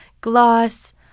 gloss